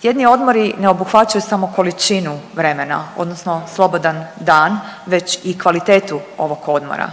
Tjedni odmori ne obuhvaćaju samo količinu vremena odnosno slobodan dan već i kvalitetu ovog odmora.